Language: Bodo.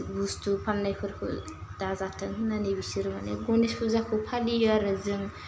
बुस्टु फान्नायफोरखौ दाजाथों होन्नानै बिसोर मानि गणेश फुजाखौ फालियो आरो जों